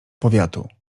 powiatu